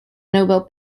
nobel